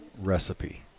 recipe